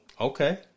Okay